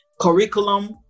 curriculum